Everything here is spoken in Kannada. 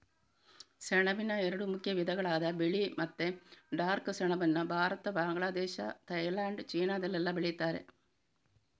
ಸೆಣಬಿನ ಎರಡು ಮುಖ್ಯ ವಿಧಗಳಾದ ಬಿಳಿ ಮತ್ತೆ ಡಾರ್ಕ್ ಸೆಣಬನ್ನ ಭಾರತ, ಬಾಂಗ್ಲಾದೇಶ, ಥೈಲ್ಯಾಂಡ್, ಚೀನಾದಲ್ಲೆಲ್ಲ ಬೆಳೀತಾರೆ